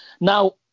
Now